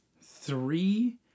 three